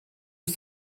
ist